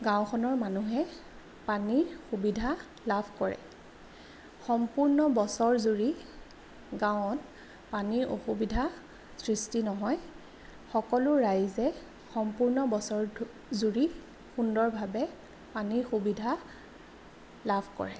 গাঁওখনৰ মানুহে পানীৰ সুবিধা লাভ কৰে সম্পূৰ্ণ বছৰজুৰি গাঁৱত পানীৰ অসুবিধা সৃষ্টি নহয় সকলো ৰাইজে সম্পূৰ্ণ বছৰটো জুৰি সুন্দৰভাৱে পানীৰ সুবিধা লাভ কৰে